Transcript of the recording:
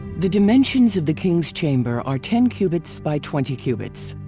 the dimensions of the king's chamber are ten cubits by twenty cubits